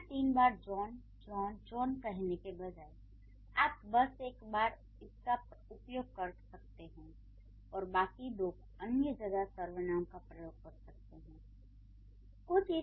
यहाँ तीन बार जॉन जॉन जॉन कहने के बजाय आप बस एक बार इसका उपयोग कर सकते हैं और बाकी दो अन्य जगह सर्वनाम का प्रयोग कर सकते हैं